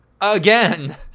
AGAIN